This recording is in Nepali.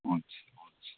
हुन्छ हुन्छ